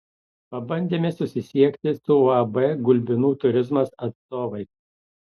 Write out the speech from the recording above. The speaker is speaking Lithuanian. pabandėme susisiekti su uab gulbinų turizmas atstovais